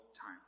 time